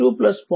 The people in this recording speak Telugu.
2 0